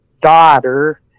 daughter